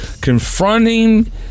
confronting